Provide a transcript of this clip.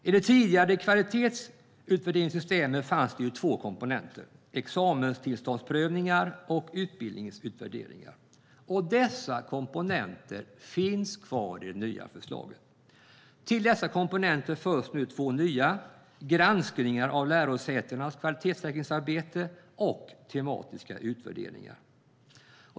I det tidigare kvalitetsutvärderingssystemet fanns det två komponenter - examenstillståndsprövningar och utbildningsutvärderingar. Dessa komponenter finns kvar i det nya förslaget. Till dessa komponenter tillförs nu två nya - granskningar av lärosätenas kvalitetssäkringsarbete och tematiska utvärderingar.